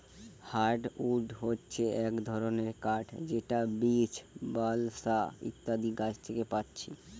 hardwood হচ্ছে এক ধরণের কাঠ যেটা বীচ, বালসা ইত্যাদি গাছ থিকে পাচ্ছি